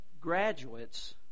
graduates